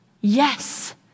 Yes